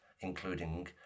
including